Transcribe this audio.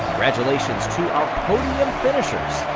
congratulations to our podium finishers!